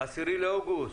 היום ה-10 לאוגוסט,